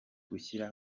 gushyira